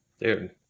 Dude